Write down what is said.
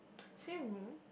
same room